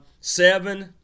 Seven